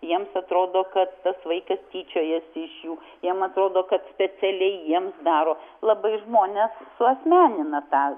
jiems atrodo kad tas vaikas tyčiojasi iš jų jiem atrodo kad specialiai jiems daro labai žmones suasmenina tą